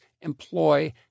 employ